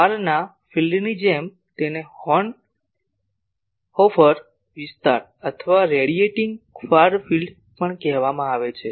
far ફિલ્ડની જેમ તેને ફ્રેનહોફર વિસ્તાર અથવા રેડીયેટીગ ફાર ફિલ્ડ વિસ્તાર પણ કહેવામાં આવે છે